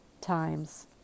times